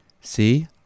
See